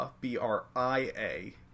B-R-I-A